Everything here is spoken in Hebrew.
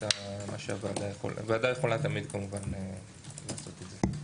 הוועדה יכולה תמיד כמובן לעשות את זה.